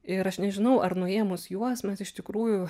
ir aš nežinau ar nuėmus juos mes iš tikrųjų